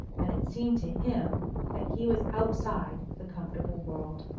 and it seemed to him that he was outside the comfortable world.